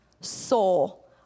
soul